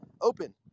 open